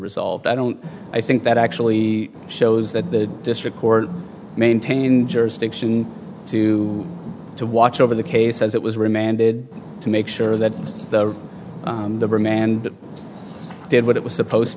resolved i don't i think that actually shows that the district court maintained jurisdiction to to watch over the case as it was remanded to make sure that the remand did what it was supposed